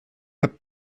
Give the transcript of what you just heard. cap